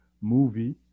movie